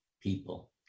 people